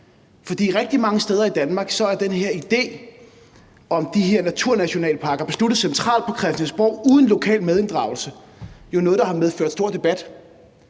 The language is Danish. fra rigtig mange steder i Danmark er idéen om de her naturnationalparker besluttet centralt på Christiansborg uden lokal medinddragelse. Det er jo noget, der har medført stor debat.